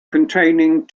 containing